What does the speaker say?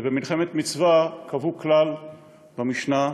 ובמלחמת מצווה קבעו כלל במשנה,